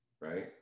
Right